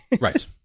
Right